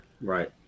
Right